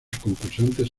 concursantes